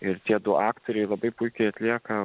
ir tie du aktoriai labai puikiai atlieka